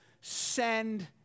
send